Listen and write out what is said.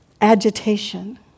agitation